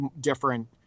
different